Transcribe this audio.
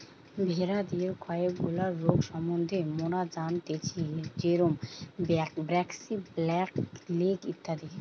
ভেড়াদের কয়েকগুলা রোগ সম্বন্ধে মোরা জানতেচ্ছি যেরম ব্র্যাক্সি, ব্ল্যাক লেগ ইত্যাদি